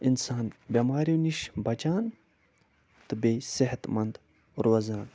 اِنسان بٮ۪ماریو نِش بچان تہٕ بیٚیہِ صحت منٛد روزان